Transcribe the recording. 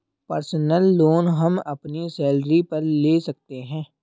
personal loan हम अपनी salary पर ले सकते है